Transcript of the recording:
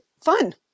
fun